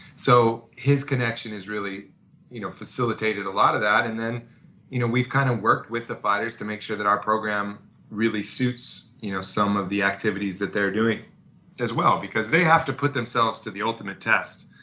so his connection has really you know facilitated a lot of that and then you know we've kind of worked with the fighters to make sure that our program really suits you know some of the activities that they're doing as well because they have to put themselves to the ultimate test.